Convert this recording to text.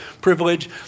privilege